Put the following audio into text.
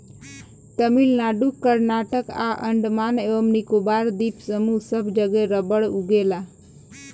तमिलनाडु कर्नाटक आ अंडमान एवं निकोबार द्वीप समूह सब जगे रबड़ उगेला